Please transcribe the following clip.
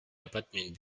apartment